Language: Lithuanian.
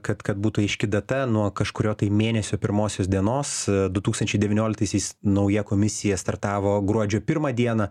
kad kad būtų aiški data nuo kažkurio mėnesio pirmosios dienos du tūkstančiai devyniolitaisiais nauja komisija startavo gruodžio pirmą dieną